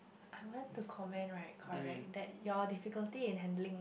I want to comment right correct that your difficulty in handling